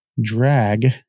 drag